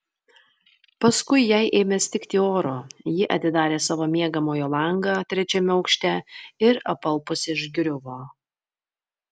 paskui jai ėmė stigti oro ji atidarė savo miegamojo langą trečiame aukšte ir apalpusi išgriuvo